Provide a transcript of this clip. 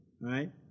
right